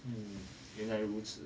um 原来如此